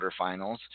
quarterfinals